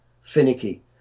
finicky